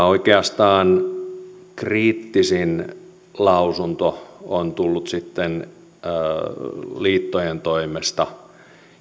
oikeastaan kriittisin lausunto on tullut sitten liittojen toimesta